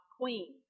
queen